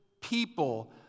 people